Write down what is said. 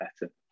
better